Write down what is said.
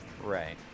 Right